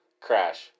crash